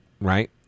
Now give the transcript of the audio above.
right